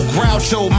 Groucho